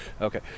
Okay